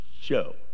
show